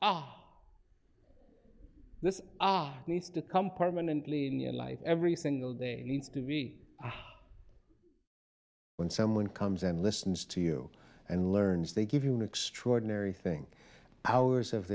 nice to come permanently in your life every single day needs to be when someone comes and listens to you and learns they give you an extraordinary thing hours of